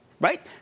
Right